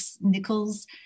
Nichols